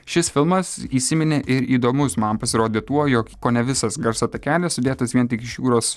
šis filmas įsiminė ir įdomus man pasirodė tuo jog kone visas garso takelis sudėtas vien tik iš jūros